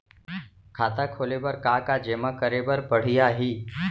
खाता खोले बर का का जेमा करे बर पढ़इया ही?